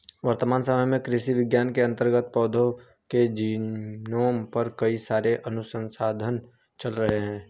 वर्तमान समय में कृषि विज्ञान के अंतर्गत पौधों के जीनोम पर कई सारे अनुसंधान चल रहे हैं